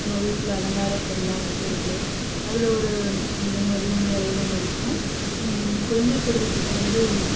நம்ம வீட்டில் அலங்கார பொருளாக வைக்கிறது அதில் ஒரு நிம்மதியும் நிறைவும் இருக்கும் குழந்தை பருவத்தில் வந்து